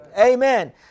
Amen